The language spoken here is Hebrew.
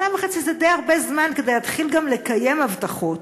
שנה וחצי זה די הרבה זמן כדי להתחיל גם לקיים הבטחות.